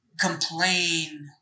complain